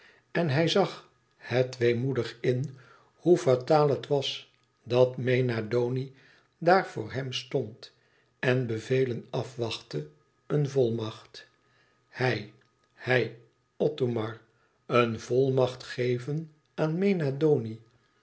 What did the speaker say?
en hij zag het weemoedig in hoe fataal het was dat mena doni daar voor hem stond en bevelen afwachtte een volmacht hij hij othomar een volmacht geven aan mena doni in